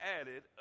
added